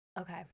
Okay